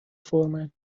فورمن